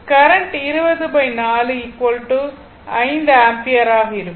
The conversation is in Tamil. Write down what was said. கரண்ட் 204 5 ஆம்பியர் ஆக இருக்கும்